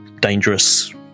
dangerous